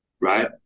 Right